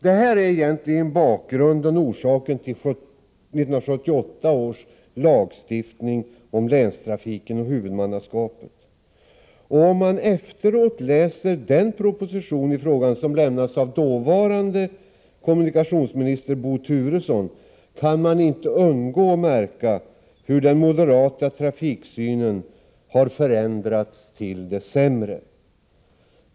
Det här är egentligen bakgrunden och orsaken till 1978 års lagstiftning om länstrafiken och huvudmannaskapet. Om man efteråt läser den proposition i frågan som lämnades av dåvarande kommunikationsminister Bo Turesson, kan man inte undgå att märka hur den moderata trafiksynen har förändrats till det sämre.